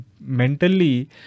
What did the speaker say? mentally